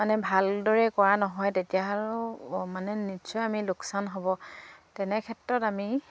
মানে ভালদৰে কৰা নহয় তেতিয়াহ'লে মানে নিশ্চয় আমি লোকচান হ'ব তেনেক্ষেত্ৰত আমি